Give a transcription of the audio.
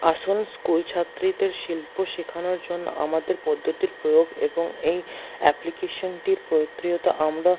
আসুন স্কুল ছাত্রীদের শিল্প শেখানোর জন্য আমাদের পদ্ধতির প্রয়োগ এবং এই অ্যাপ্লিকেশনটির আমরা